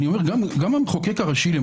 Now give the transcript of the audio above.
גם המחוקק הראשי הגדיר,